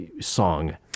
song